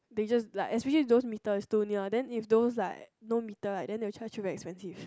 they just like especially those meter is too near then if those like no meter right they will charge you very expensive